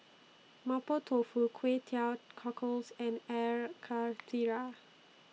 Mapo Tofu Kway Teow Cockles and Air Karthira